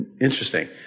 Interesting